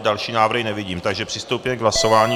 Další návrhy nevidím, takže přistoupíme k hlasování.